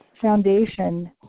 foundation